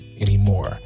Anymore